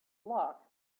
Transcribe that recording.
flock